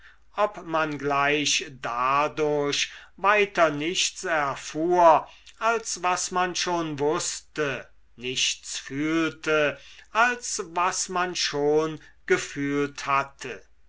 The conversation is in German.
ob man gleich dadurch weiter nichts erfuhr als was man schon wußte nichts fühlte als was man schon gefühlt hatte